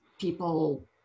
people